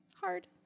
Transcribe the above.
hard